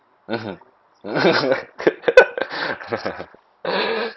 mmhmm